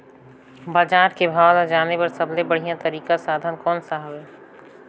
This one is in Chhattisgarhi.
बजार के भाव ला जाने बार सबले बढ़िया तारिक साधन कोन सा हवय?